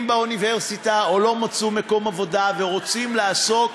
באוניברסיטה או לא מצאו מקום עבודה ורוצים לעסוק,